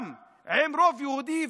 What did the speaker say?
גם עם רוב יהודי,